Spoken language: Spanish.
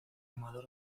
amador